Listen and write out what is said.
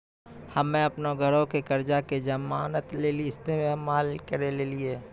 हम्मे अपनो घरो के कर्जा के जमानत लेली इस्तेमाल करि लेलियै